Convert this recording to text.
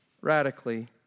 radically